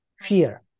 fear